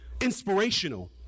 inspirational